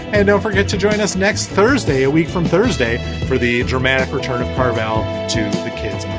and don't forget to join us next thursday, a week from thursday for the dramatic return of carvelle to the kids.